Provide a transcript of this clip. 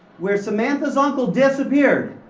where samantha's uncle disappeared.